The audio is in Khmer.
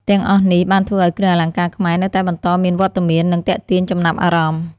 ទាំងអស់នេះបានធ្វើឱ្យគ្រឿងអលង្ការខ្មែរនៅតែបន្តមានវត្តមាន និងទាក់ទាញចំណាប់អារម្មណ៍។